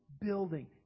building